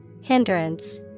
Hindrance